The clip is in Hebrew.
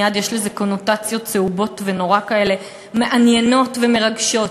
מייד יש לזה קונוטציות צהובות ונורא כאלה מעניינות ומרגשות,